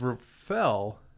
fell